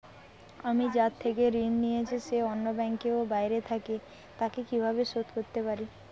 আমি যার থেকে ঋণ নিয়েছে সে অন্য ব্যাংকে ও বাইরে থাকে, তাকে কীভাবে শোধ করতে পারি?